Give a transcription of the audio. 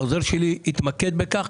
העוזר שלי יתמקד בכך.